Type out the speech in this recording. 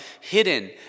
hidden